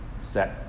set